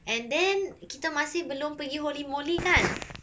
and then kita masih belum pergi Holey Moley kan